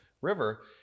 river